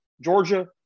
Georgia